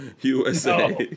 USA